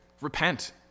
Repent